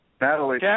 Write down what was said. Natalie